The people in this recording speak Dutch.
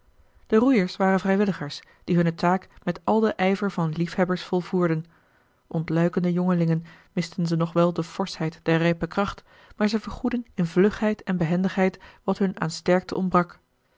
de roeiers waren vrijwilligers die hunne taak met al den ijver van liefhebbers volvoerden ontluikende jongelingen misten ze nog wel de forschheid der rijpe kracht maar zij vergoedden in vlugheid en behendigheid wat hun aan sterkte ontbrak